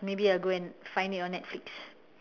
maybe I go and find it on netflix